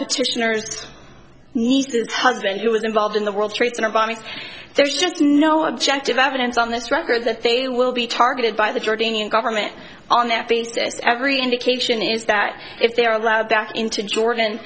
petitioners need to husband who was involved in the world trade center bombing there's just no objective evidence on this record that they will be targeted by the jordanian government on that basis every indication is that if they are allowed back into jordan